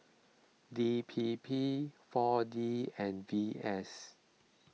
D P P four D and V S